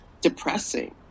depressing